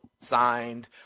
signed